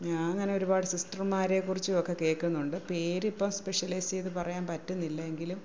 അങ്ങനെ ഒരുപാട് സിസ്റ്റർമാരെ കുറിച്ചും ഒക്കെ കേൾക്കുന്നുണ്ട് പേര് ഇപ്പം സ്പെഷ്യലൈസ് ചെയ്ത് പറയാൻ പറ്റുന്നില്ല എങ്കിലും